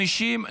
50,